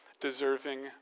deserving